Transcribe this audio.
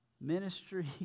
Ministry